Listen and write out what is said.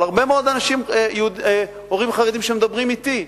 אבל הרבה מאוד הורים חרדים שמדברים אתי,